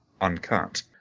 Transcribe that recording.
uncut